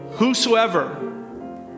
whosoever